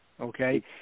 Okay